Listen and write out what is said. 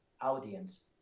audience